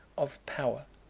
of power.